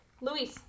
Luis